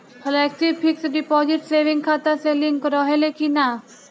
Flexi fix deposit saving खाता से link रहले कि ना?